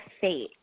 fate